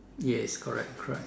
yes correct correct